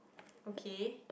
okay